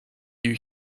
you